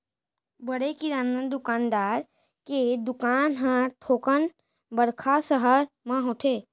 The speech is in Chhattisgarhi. बड़े किराना दुकानदार के दुकान हर थोकन बड़का सहर म होथे